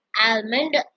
Almond